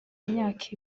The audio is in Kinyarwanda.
myaka